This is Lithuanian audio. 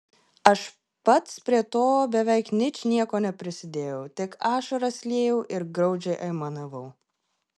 aš pats prie to beveik ničnieko neprisidėjau tik ašaras liejau ir graudžiai aimanavau